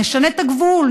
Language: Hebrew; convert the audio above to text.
נשנה את הגבול,